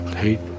hate